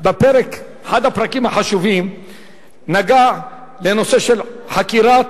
אחד הפרקים החשובים נגע לנושא של חקירת